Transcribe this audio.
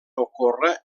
ocórrer